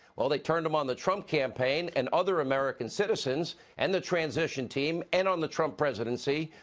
well, they turn them on the trump campaign and other american citizens and the transition team, and on the trump presidency.